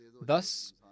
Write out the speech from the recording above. Thus